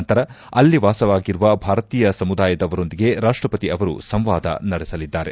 ನಂತರ ಅಲ್ಲಿ ವಾಸವಾಗಿರುವ ಭಾರತೀಯ ಸಮುದಾಯದವರೊಂದಿಗೆ ರಾಷ್ಷಪತಿ ಅವರು ಸಂವಾದ ನಡೆಸಲಿದ್ದಾರೆ